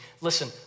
listen